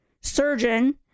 surgeon